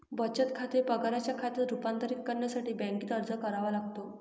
बचत खाते पगाराच्या खात्यात रूपांतरित करण्यासाठी बँकेत अर्ज करावा लागतो